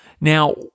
Now